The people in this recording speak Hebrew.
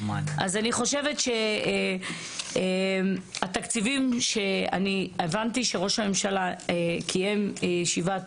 אז אני חושבת שהתקציבים שאני הבנתי שראש הממשלה קיים ישיבת